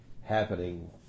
happening